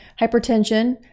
hypertension